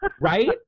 Right